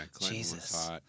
Jesus